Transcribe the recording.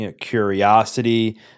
curiosity